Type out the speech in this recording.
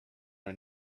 her